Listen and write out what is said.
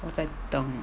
我在等